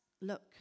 look